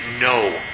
no